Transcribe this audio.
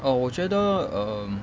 oh 我觉得 um